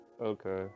okay